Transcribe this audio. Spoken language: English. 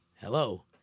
hello